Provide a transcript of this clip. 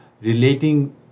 relating